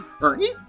Ernie